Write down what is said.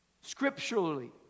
scripturally